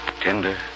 tender